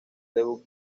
debut